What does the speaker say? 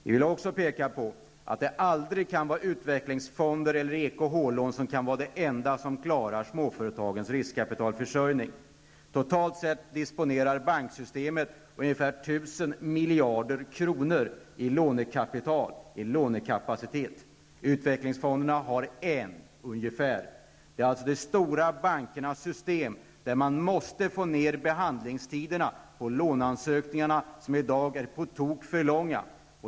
Jag vill också peka på att utvecklingsfonder eller EKH-lån aldrig kan vara det enda som klarar småföretagens riskkapitalförsörjning. Totalt sett disponerar banksystemet ungefär 1 000 miljarder kronor i lånekapital, i lånekapacitet. Utvecklingsfonden har ungefär 1 miljard kronor. Man måste alltså i de stora banksystemen få ned behandlingstiderna när det gäller låneansökningarna som i dag är på tok för långa.